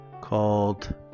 called